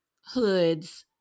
hoods